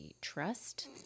trust